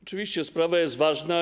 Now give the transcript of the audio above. Oczywiście, sprawa jest ważna.